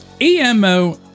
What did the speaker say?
EMO